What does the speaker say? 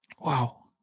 Wow